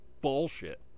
bullshit